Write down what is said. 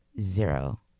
zero